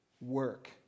work